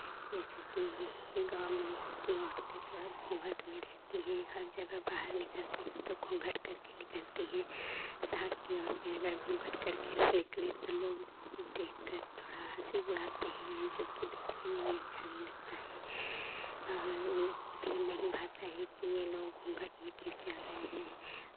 जैसेकि गाँव में ही की औरतें थोड़ा घूंघट में रहती है हर जगह बाहर निकलती है तो घूंघट करके निकलती हैं शहर की औरतें अगर घूंघट करके निकलें तो लोग उसको देख कर थोड़ा हंसी उड़ाते हैं जो कि देखने में भी अच्छा नहीं लगता है और वो लोग को भी नहीं भाता है कि ये लोग घूंघट में क्यों जा रहे हैं